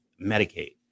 Medicaid